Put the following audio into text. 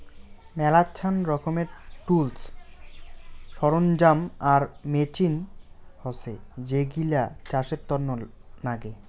মেলাছান রকমের টুলস, সরঞ্জাম আর মেচিন হসে যেইগিলা চাষের তন্ন নাগে